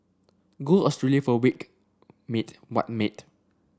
go Australia for a week mate what mate